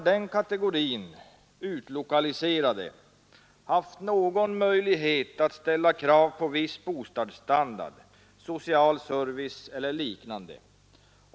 Den kategorin utlokaliserade har inte heller haft någon möjlighet att ställa krav på viss bostadsstandard, social service eller liknande.